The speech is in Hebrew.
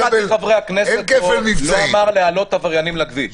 אף אחד מחברי הכנסת פה לא אמר להעלות עבריינים לכביש.